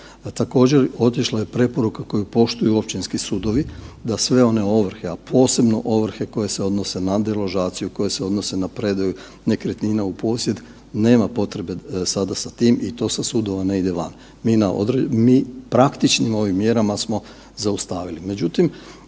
također otišla je preporuka koju poštuju općinski sudovi, da sve one ovrhe, a posebno ovrhe koje se odnose na deložaciju, koje se odnose na predaju nekretnina u posjed nema potrebe sada sa tim i to sa sudova ne ide van. Mi praktičnim ovim mjerama smo zaustavili.